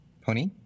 Pony